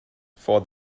for